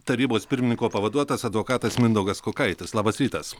tarybos pirmininko pavaduotojas advokatas mindaugas kukaitis labas rytas